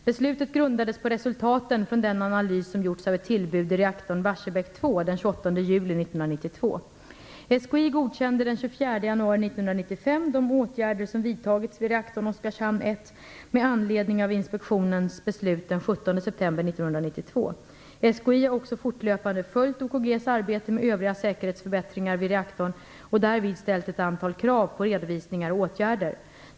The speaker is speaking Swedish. Beslutet grundades på resultaten från den analys som gjorts av ett tillbud i reaktorn Barsebäck 2 den SKI har också fortlöpande följt OKG AB:s arbete med övriga säkerhetsförbättringar vid reaktorn och därvid ställt ett antal krav på redovisningar och åtgärder.